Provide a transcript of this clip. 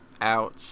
Ouch